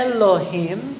Elohim